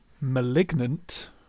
Malignant